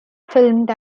filmed